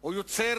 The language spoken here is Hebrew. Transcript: הוא יוצר